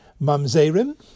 Mamzerim